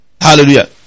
Hallelujah